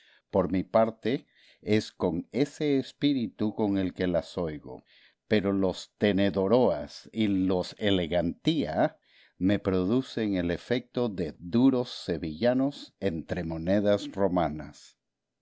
por mi parte es con ese espíritu con el que las oigo pero los tenedoróa y los elegantía me producen el efecto de duros sevillanos entre monedas romanas